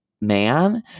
man